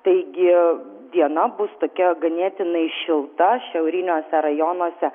taigi diena bus tokia ganėtinai šilta šiauriniuose rajonuose